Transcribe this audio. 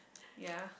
yea